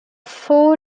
four